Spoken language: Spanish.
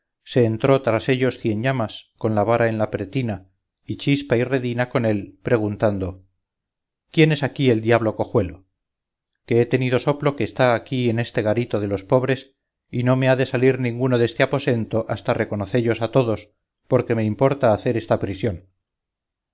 se entró tras ellos cienllamas con la vara en la pretina y chispa y redina con él preguntando quién es aquí el diablo cojuelo que he tenido soplo que está aquí en este garito de los pobres y no me ha de salir ninguno deste aposento hasta reconocellos a todos porque me importa hacer esta prisión